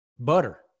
butter